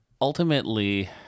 Ultimately